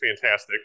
fantastic